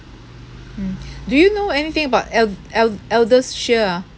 mm do you know anything about eld~ eld~ eldershield ah